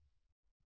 విద్యార్థి 1